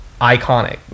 Iconic